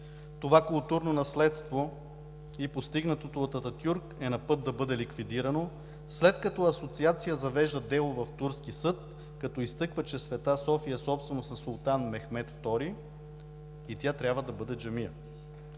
Това културно наследство, постигнатото от Ататюрк, е на път да бъде ликвидирано, след като асоциация завежда дело в турски съд, като изтъква, че „Света София“ е собственост на султан Мехмед II и тя трябва да бъде джамия.